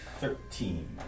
Thirteen